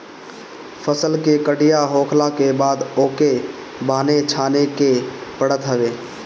फसल के कटिया होखला के बाद ओके बान्हे छाने के पड़त हवे